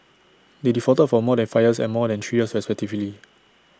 they defaulted for more than five years and more than three years respectively